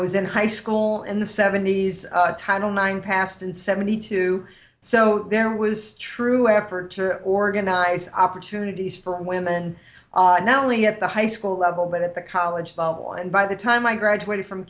was in high school in the seventies title nine passed in seventy two so there was true effort to organize opportunities for women not only at the high school level but at the college level and by the time i graduated from